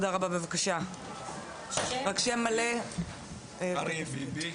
בבקשה, אריה ביבי.